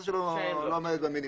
שהכנסתו לא עומדת במינימום.